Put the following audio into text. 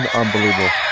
unbelievable